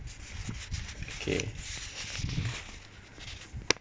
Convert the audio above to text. okay